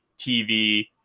TV